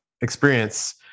experience